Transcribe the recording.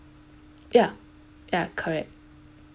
ya ya correct